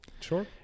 Sure